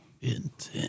intense